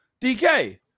DK